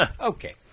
Okay